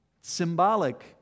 symbolic